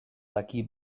daki